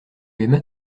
aimas